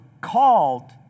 called